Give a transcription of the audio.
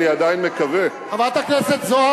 מה עשיתם בשנה האחרונה?